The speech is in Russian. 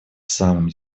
самым